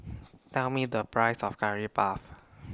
Tell Me The Price of Curry Puff